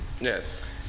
yes